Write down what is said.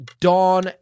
Dawn